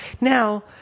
Now